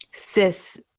Cis